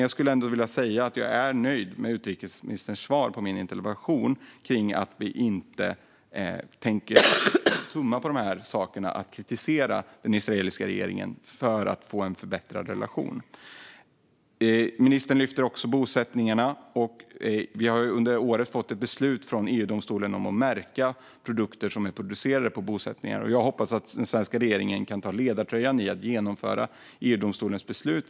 Jag skulle ändå vilja säga att jag är nöjd med utrikesministerns svar på min interpellation om att vi inte tänker tumma på de här sakerna när det gäller att kritisera den israeliska regeringen för att få en förbättrad relation. Ministern lyfter också frågan om bosättningarna. Vi har under året fått ett beslut från EU-domstolen om att märka produkter som är producerade på bosättningsmark. Jag hoppas att den svenska regeringen kan ta ledartröjan och genomföra EU-domstolens beslut.